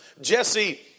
Jesse